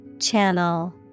channel